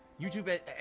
YouTube